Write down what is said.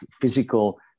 physical